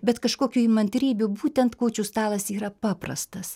bet kažkokių įmantrybių būtent kūčių stalas yra paprastas